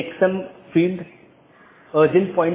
जिसे हम BGP speaker कहते हैं